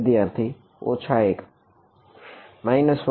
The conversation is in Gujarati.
વિદ્યાર્થી ઓછા 1